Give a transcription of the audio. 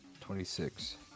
twenty-six